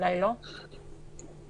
מה קורה לגבי נושא החתונות המצומצם,